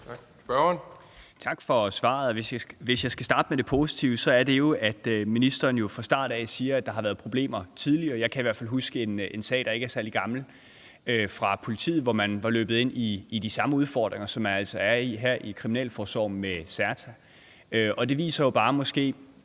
Tak for svaret. Hvis jeg skal starte med det positive, vil jeg sige, at ministeren jo fra starten af siger, at der har været problemer tidligere. Jeg kan i hvert fald huske en sag, der ikke er særlig gammel, fra politiet, hvor man var løbet ind i de samme udfordringer som her i Kriminalforsorgen med CERTA. Vores frygt er, at der